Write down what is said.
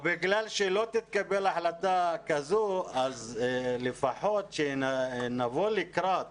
בגלל שלא תתקבל החלטה כזו, לפחות שנבוא לקראת